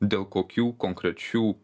dėl kokių konkrečių